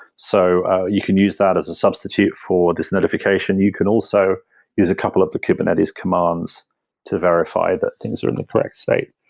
so you can use that as a substitute for this notification. you can also use a couple of the kubernetes commands to verify that things are in the correct state.